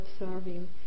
observing